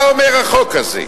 מה אומר החוק הזה?